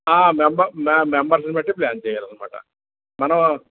ఆ member members ని బట్టి ప్లాన్ చేయాలన్నమాట మనం